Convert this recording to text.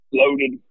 loaded